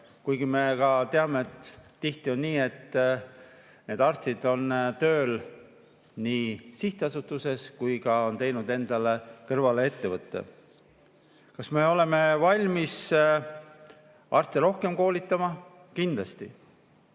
Kuigi me ka teame, et tihti on nii, et need arstid on tööl nii sihtasutuses kui ka on teinud endale ettevõtte. Kas me oleme valmis rohkem arste koolitama? Kindlasti.